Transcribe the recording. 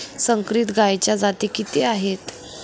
संकरित गायीच्या जाती किती आहेत?